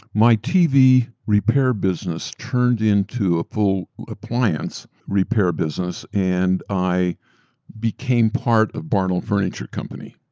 my tv repair business turned into a full appliance repair business and i became part of barlow furniture company.